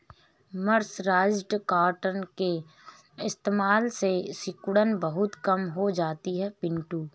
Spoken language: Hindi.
मर्सराइज्ड कॉटन के इस्तेमाल से सिकुड़न बहुत कम हो जाती है पिंटू